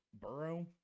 Burrow